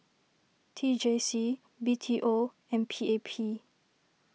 T J C B T O and P A P